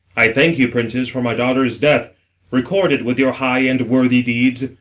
i thank you, princes, for my daughter's death record it with your high and worthy deeds.